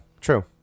true